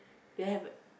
they have